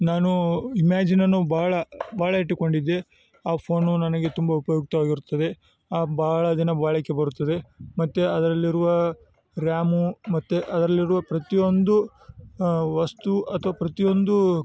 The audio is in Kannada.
ನಾನು ಇಮ್ಯಾಜಿನನ್ನು ಭಾಳ ಭಾಳ ಇಟ್ಟುಕೊಂಡಿದ್ದೆ ಆ ಫೋನು ನನಗೆ ತುಂಬ ಉಪಯುಕ್ತವಾಗಿರುತ್ತದೆ ಭಾಳ ದಿನ ಬಾಳಿಕೆ ಬರುತ್ತದೆ ಮತ್ತು ಅದರಲ್ಲಿರುವ ರ್ಯಾಮು ಮತ್ತು ಅದರಲ್ಲಿರುವ ಪ್ರತಿಯೊಂದು ವಸ್ತು ಅಥ್ವ ಪ್ರತಿಯೊಂದು